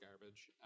garbage